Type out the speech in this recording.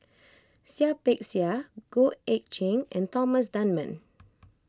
Seah Peck Seah Goh Eck Kheng and Thomas Dunman